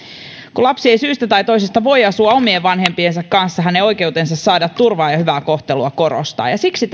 kun lapsi ei syystä tai toisesta voi asua omien vanhempiensa kanssa hänen oikeutensa saada turvaa ja hyvää kohtelua korostuu ja siksi